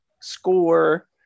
score